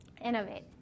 innovate